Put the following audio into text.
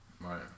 Right